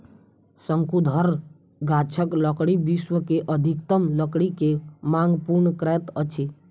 शंकुधर गाछक लकड़ी विश्व के अधिकतम लकड़ी के मांग पूर्ण करैत अछि